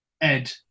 Ed